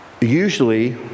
Usually